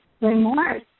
remorse